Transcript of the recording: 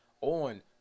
on